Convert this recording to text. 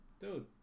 dude